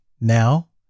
now